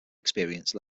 experience